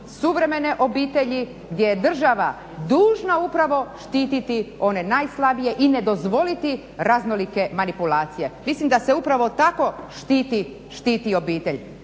suvremene obitelji gdje je država dužna upravo štititi one najslabije i ne dozvoliti raznolike manipulacije. Mislim da se upravo tako štiti obitelj.